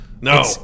no